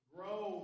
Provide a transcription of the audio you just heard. Grow